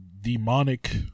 demonic